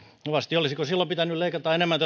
kovasti olisiko silloin pitänyt leikata enemmän